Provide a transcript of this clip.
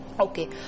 Okay